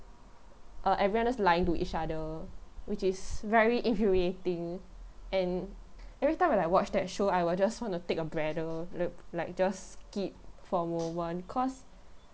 uh everyone just lying to each other which is very infuriating and every time when I watch that show I'll just want to take a breather look like just skip for a moment cause